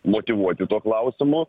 motyvuoti tuo klausimu